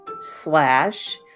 slash